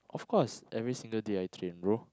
of course every single day I train bro